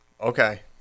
Okay